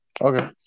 okay